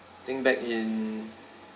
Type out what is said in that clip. think back in